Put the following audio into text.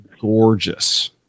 gorgeous